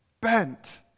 bent